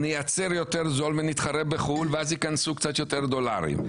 נייצר יותר זול נתחרה בחול ואז ייכנסו קצת יותר דולרים.